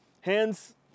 Hands